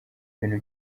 ibintu